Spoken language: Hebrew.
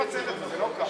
מי